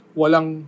walang